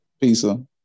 Pizza